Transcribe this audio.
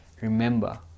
Remember